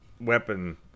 weapon